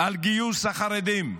על גיוס החרדים,